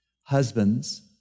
Husbands